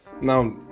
Now